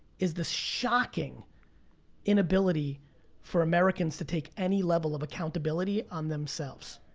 is the shocking inability for americans to take any level of accountability on themselves.